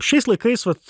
šiais laikais vat